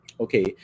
okay